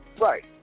Right